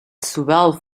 swell